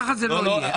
ככה זה לא יהיה.